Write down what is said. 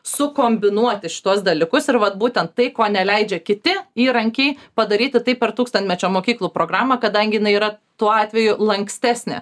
sukombinuoti šituos dalykus ir vat būtent tai ko neleidžia kiti įrankiai padaryti tai per tūkstantmečio mokyklų programą kadangi jinai yra tuo atveju lankstesnė